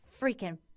freaking